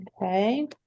Okay